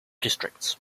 districts